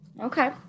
okay